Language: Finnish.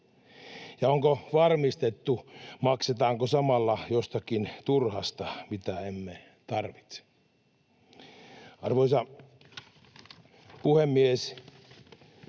Ja onko varmistettu, maksetaanko samalla jostakin turhasta, mitä emme tarvitse? Arvoisa puhemies!